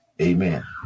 Amen